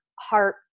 heart